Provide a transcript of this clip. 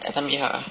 everytime late ah